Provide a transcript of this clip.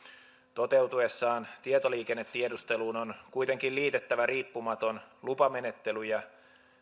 toteutuessaan tietoliikennetiedusteluun on kuitenkin liitettävä riippumaton lupamenettely ja